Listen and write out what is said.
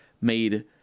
made